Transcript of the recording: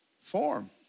form